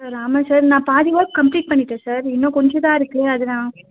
sir ஆமாம் sir நான் பாதி ஒர்க் கம்ப்ளீட் பண்ணிவிட்டேன் சார் இன்னும் கொஞ்சம் தான் இருக்குது அது நான்